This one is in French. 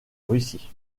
russie